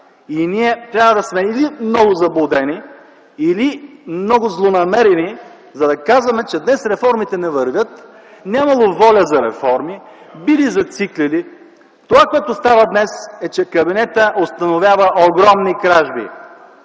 и ние трябва да сме или много заблудени, или много злонамерени, за да казваме, че днес реформите не вървят, нямало воля за реформи, били зациклили. Това, което става днес, е, че кабинетът установява огромни кражби.